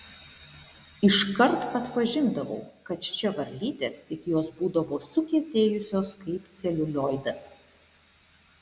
iškart atpažindavau kad čia varlytės tik jos būdavo sukietėjusios kaip celiulioidas